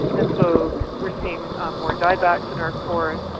and so we're seeing more diebacks in our forests,